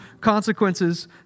consequences